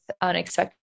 unexpected